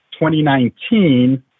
2019